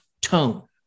tone